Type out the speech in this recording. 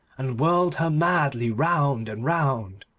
and whirled her madly round and round.